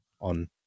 on